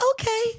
okay